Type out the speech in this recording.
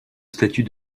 statut